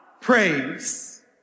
Praise